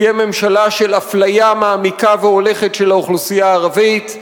תהיה ממשלה של אפליה מעמיקה והולכת של האוכלוסייה הערבית.